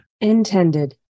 intended